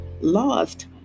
lost